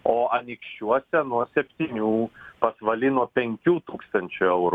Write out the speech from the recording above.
o anykščiuose nuo septynių pasvaly nuo penkių tūkstančių eurų